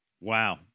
Wow